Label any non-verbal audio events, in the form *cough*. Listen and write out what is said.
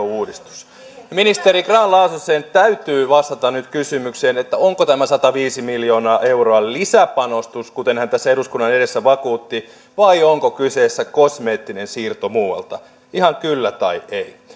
*unintelligible* uudistus ministeri grahn laasosen täytyy vastata nyt kysymykseen onko tämä sataviisi miljoonaa euroa lisäpanostus kuten hän tässä eduskunnan edessä vakuutti vai onko kyseessä kosmeettinen siirto muualta ihan kyllä tai ei